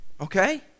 Okay